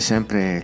sempre